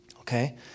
Okay